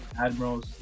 Admirals